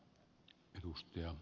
arvoisa puhemies